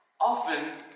often